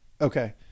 Okay